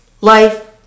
life